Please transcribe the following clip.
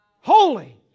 holy